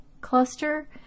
cluster